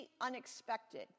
unexpected